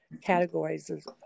categories